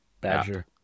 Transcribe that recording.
Badger